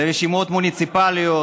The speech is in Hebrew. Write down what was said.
לרשימות מוניציפליות,